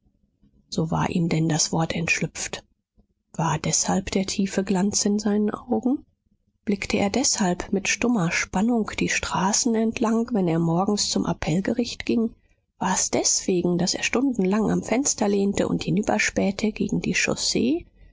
so war ihm denn das wort entschlüpft war deshalb der tiefe glanz in seinen augen blickte er deshalb mit stummer spannung die straßen entlang wenn er morgens zum appellgericht ging war's deswegen daß er stundenlang am fenster lehnte und hinüberspähte gegen die